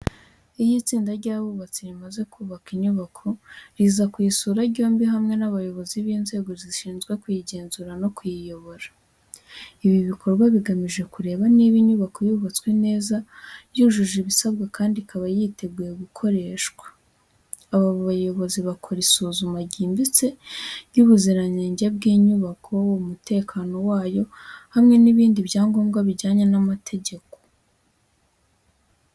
Iyo itsinda ry'abubatsi rimaze kubaka inyubako, riza kuyisura ryombi hamwe n’abayobozi b’inzego zishinzwe kuyigenzura no kuyobora. Ibi bikorwa bigamije kureba niba inyubako yubatswe neza, yujuje ibisabwa kandi ikaba yiteguye gukoreshwa. Aba bayobozi bakora isuzuma ryimbitse ry'ubuziranenge bw'inyubako, umutekano wayo, hamwe n’ibindi byangombwa bijyanye n’amategeko.